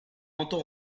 entend